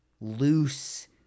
loose